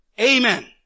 Amen